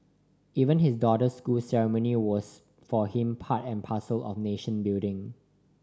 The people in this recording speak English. even his daughter's school ceremony was for him part and parcel of nation building